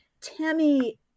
Tammy